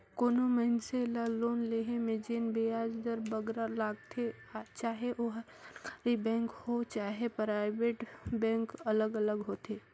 कोनो मइनसे ल लोन लोहे में जेन बियाज दर बगरा लगथे चहे ओहर सरकारी बेंक होए चहे पराइबेट बेंक अलग अलग होथे